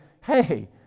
hey